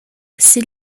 ses